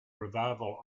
revival